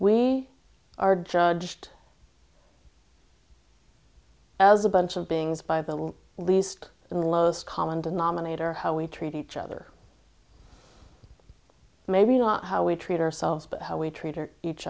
we are judged as a bunch of beings by the least in the lowest common denominator how we treat each other maybe not how we treat ourselves but how we treat